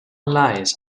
lies